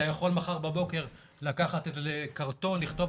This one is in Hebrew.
אתה יכול מחר בבוקר לקחת איזה קרטון ולכתוב